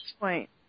right